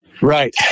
Right